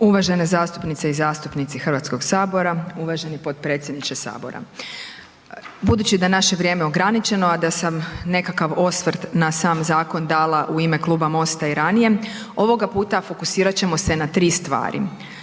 Uvažene zastupnice i zastupnici Hrvatskog sabora, uvaženi potpredsjedniče sabora, budući da je naše vrijeme ograničeno, a da sam nekakav osvrt na sam zakon dala u ime Kluba MOST-a i ranije ovoga puta fokusirat ćemo se na tri stvari.